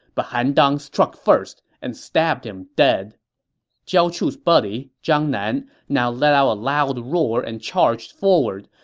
but han dang struck first and stabbed him dead jiao chu's buddy, zhang nan, now let out a loud roar and charged forward.